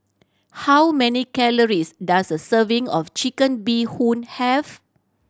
how many calories does a serving of Chicken Bee Hoon have